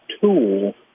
tool